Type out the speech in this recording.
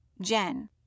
Jen